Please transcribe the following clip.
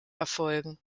erfolgen